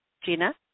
Gina